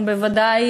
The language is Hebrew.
ובוודאי,